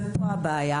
ופה הבעיה.